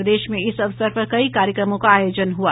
प्रदेश में इस अवसर पर कई कार्यक्रमों का आयोजन हुआ